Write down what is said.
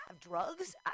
Drugs